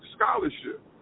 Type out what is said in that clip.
scholarship